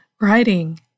writing